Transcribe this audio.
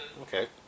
Okay